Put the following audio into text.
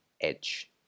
edge